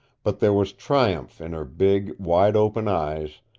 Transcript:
but there was triumph in her big, wide-open eyes,